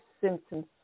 symptoms